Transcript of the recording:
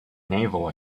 naval